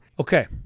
Okay